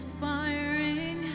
firing